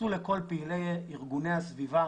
התייחסו לכל פעילי ארגוני הסביבה